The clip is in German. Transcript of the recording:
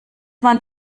man